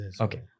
Okay